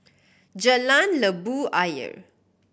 Jalan Labu Ayer